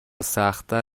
سختتر